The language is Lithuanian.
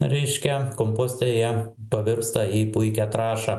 reiškia komposte jie pavirsta į puikią trąšą